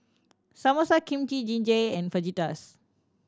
Samosa Kimchi Jjigae and Fajitas